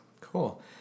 Cool